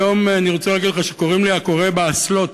והיום אני רוצה להגיד לך שקוראים לי "הקורא באסלות",